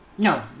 No